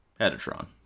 Editron